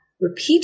Repeat